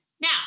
now